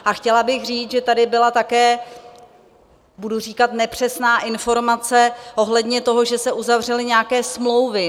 A chtěla bych říct, že tady byla také budu říkat nepřesná informace ohledně toho, že se uzavřely nějaké smlouvy.